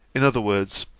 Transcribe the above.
in other words,